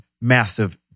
massive